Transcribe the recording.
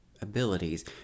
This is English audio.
abilities